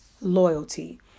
loyalty